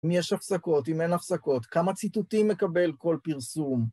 ‫אם יש הפסקות, אם אין הפסקות? ‫כמה ציטוטים מקבל כל פרסום?